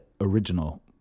original